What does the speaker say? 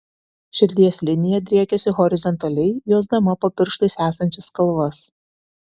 širdies linija driekiasi horizontaliai juosdama po pirštais esančias kalvas